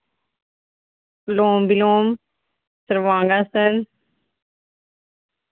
लोम विलोम प्रणानयम आसन